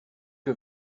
que